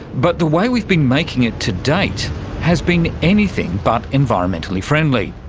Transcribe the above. but the way we've been making it to date has been anything but environmentally friendly.